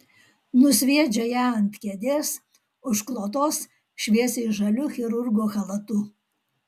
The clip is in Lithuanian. nusviedžia ją ant kėdės užklotos šviesiai žaliu chirurgo chalatu